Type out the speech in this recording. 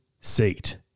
seat